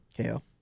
KO